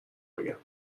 بگم